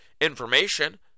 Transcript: information